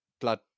blood